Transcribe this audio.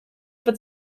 wird